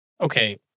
Okay